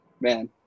man